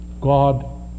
God